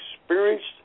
experienced